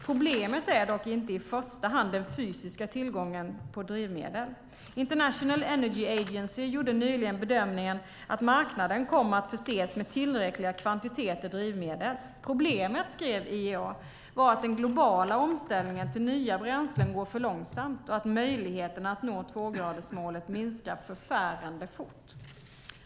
Problemet är dock inte i första hand den fysiska tillgången på drivmedel. International Energy Agency gjorde nyligen bedömningen att marknaden kommer att förses med tillräckliga kvantiteter drivmedel. Problemet, skrev IEA, var att den globala omställningen till nya bränslen går för långsamt och att möjligheterna att nå tvågradersmålet minskar förfärande fort.